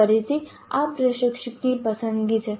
ફરીથી આ પ્રશિક્ષકની પસંદગી છે